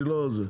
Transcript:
לא נכנס לזה.